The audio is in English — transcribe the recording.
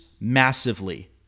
massively